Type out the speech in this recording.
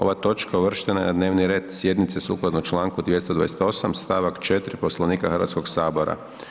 Ova točka uvrštena je na dnevni red sjednice sukladno članku 228. stavak 4. Poslovnika Hrvatskog sabora.